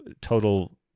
total